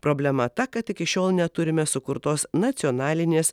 problema ta kad iki šiol neturime sukurtos nacionalinės